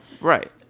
right